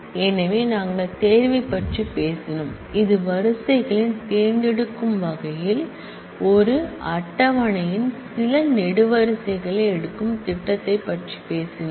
எனவே நாங்கள் செலெக்சன் பற்றி பேசினோம் இது ரோகளை தேர்ந்தெடுக்கும் வகையில் ஒரு டேபிள் யின் சில காலம்ன் களை எடுக்கும் திட்டத்தைப் பற்றி பேசினோம்